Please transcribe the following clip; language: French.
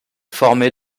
formée